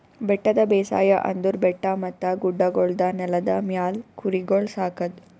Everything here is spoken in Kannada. ಬೆಟ್ಟದ ಬೇಸಾಯ ಅಂದುರ್ ಬೆಟ್ಟ ಮತ್ತ ಗುಡ್ಡಗೊಳ್ದ ನೆಲದ ಮ್ಯಾಲ್ ಕುರಿಗೊಳ್ ಸಾಕದ್